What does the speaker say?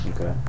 Okay